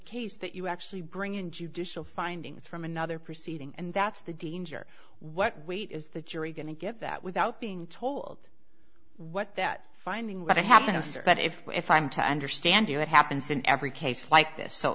case that you actually bring in judicial findings from another proceeding and that's the danger what weight is the jury going to get that without being told what that finding what happens but if if i'm to understand what happens in every case like this so